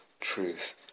truth